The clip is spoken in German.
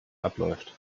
abläuft